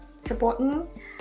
supporting